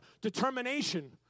determination